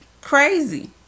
crazy